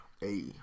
Hey